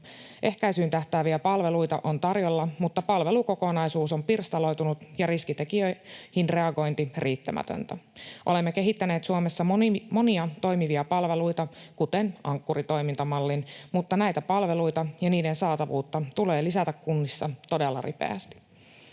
ehkäisyyn tähtääviä palveluita on tarjolla, mutta palvelukokonaisuus on pirstaloitunut ja riskitekijöihin reagointi riittämätöntä. Olemme kehittäneet Suomessa monia toimivia palveluita, kuten Ankkuri-toimintamallin, mutta näitä palveluita ja niiden saatavuutta tulee lisätä kunnissa todella ripeästi.